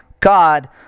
God